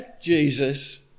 Jesus